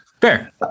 fair